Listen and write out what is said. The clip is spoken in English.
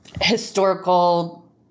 historical